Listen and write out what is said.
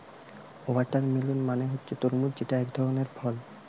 watermelon মানে হচ্ছে তরমুজ যেটা একধরনের ফল